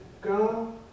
Go